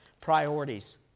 priorities